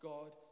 God